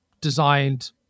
designed